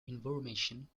information